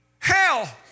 Hell